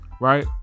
Right